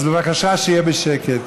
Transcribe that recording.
אז בבקשה שיהיה שקט,